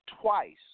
twice